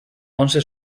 onze